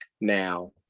now